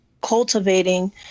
cultivating –